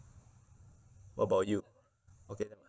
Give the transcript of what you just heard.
what about you okay